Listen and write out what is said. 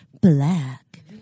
black